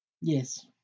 Yes